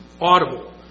audible